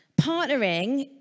Partnering